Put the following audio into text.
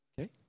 okay